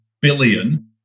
billion